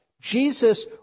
Jesus